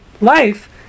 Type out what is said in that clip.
life